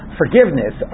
forgiveness